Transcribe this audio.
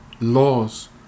laws